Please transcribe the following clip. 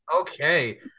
Okay